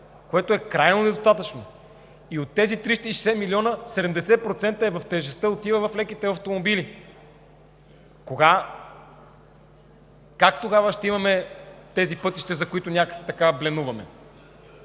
което е крайно недостатъчно. От тези 360 милиона, 70% от тежестта отива в леките автомобили. Как тогава ще имаме тези пътища, за които някак така бленуваме?